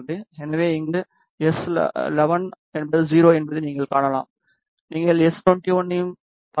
எனவே இங்கே இது எஸ்11 என்பது 0 என்பதை நீங்கள் காணலாம் நீங்கள் எஸ்21 ஐயும் பார்க்கலாம்